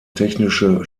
technische